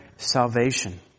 salvation